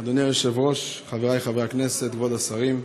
אדוני היושב-ראש, חבריי חברי הכנסת, כבוד השרים,